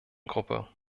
gruppe